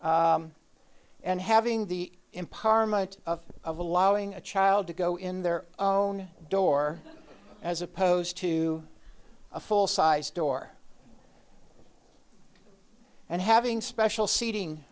having the empowerment of of allowing a child to go in their own door as opposed to a full size door and having special seating